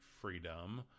freedom